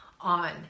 on